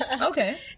okay